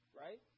right